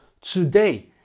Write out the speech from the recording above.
today